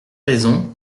raisons